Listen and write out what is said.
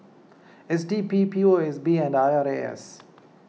S D P P O S B and I R A S